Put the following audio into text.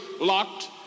locked